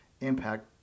impact